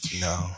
no